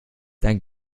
dann